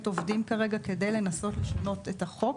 עובדים כרגע כדי לנסות לשנות את החוק.